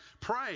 pray